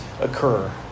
occur